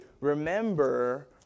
remember